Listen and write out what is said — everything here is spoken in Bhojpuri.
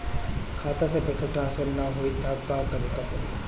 खाता से पैसा ट्रासर्फर न होई त का करे के पड़ी?